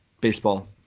baseball